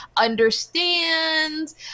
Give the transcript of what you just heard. understands